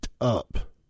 Up